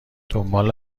دنبال